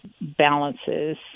balances